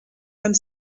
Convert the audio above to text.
comme